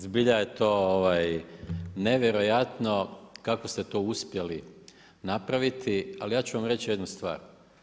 Zbilja je to nevjerojatno kako ste to uspjeli napraviti, ali ja ću vam reći jednu stvar.